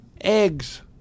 Eggs